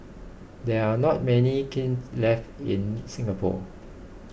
there are not many kilns left in Singapore